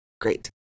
great